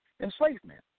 enslavement